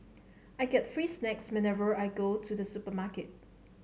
I get free snacks whenever I go to the supermarket